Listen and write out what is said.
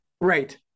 Right